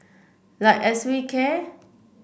like as we care